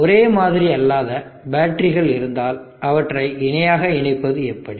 ஒரே மாதிரி அல்லாத பேட்டரிகள் இருந்தால் அவற்றை இணையாக இணைப்பது எப்படி